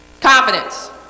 Confidence